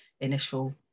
initial